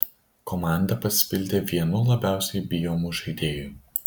komanda pasipildė vienu labiausiai bijomų žaidėjų